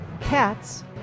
cats